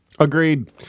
Agreed